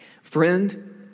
friend